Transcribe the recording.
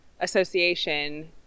association